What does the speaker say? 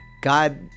God